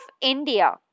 India